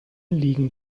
liegen